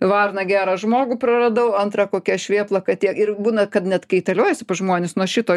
varna gerą žmogų praradau antrą kokia aš vėpla kad tie ir būna kad net kaitaliojasi pas žmones nuo šito